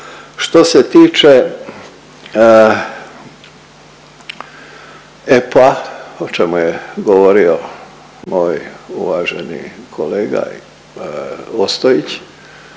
Što se tiče EPPO-a o čemu je govorio moj uvaženi kolega Ostojić